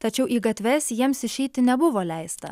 tačiau į gatves jiems išeiti nebuvo leista